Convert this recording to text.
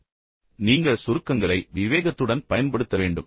எனவே நீங்கள் சுருக்கங்களை விவேகத்துடன் பயன்படுத்த வேண்டும்